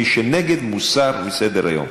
מי שנגד, מוסר מסדר-היום.